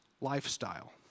lifestyle